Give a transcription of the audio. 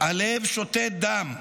הלב שותת דם.